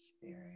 spirit